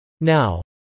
Now